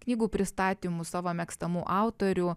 knygų pristatymų savo mėgstamų autorių